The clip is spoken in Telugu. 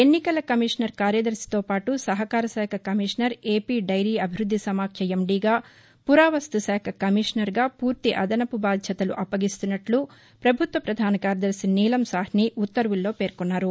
ఎన్నికల కమిషనర్ కార్యదర్శితో పాటు సహకార శాఖ కమిషనర్ ఏపీ దైరీ అభివృద్ది సమాఖ్య ఎండీగా పురావస్తు శాఖ కమిషనర్గా పూర్తి అదనపు బాధ్యతలు అప్పగిస్తున్నట్లు పభుత్వ పధాన కార్యదర్శి నీలం సాహ్ని ఉత్తర్వుల్లో పేర్కొన్నారు